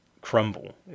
crumble